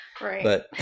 Right